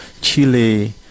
chile